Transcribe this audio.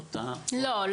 לא.